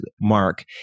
mark